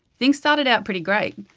things started out pretty great.